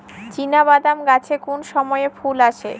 চিনাবাদাম গাছে কোন সময়ে ফুল আসে?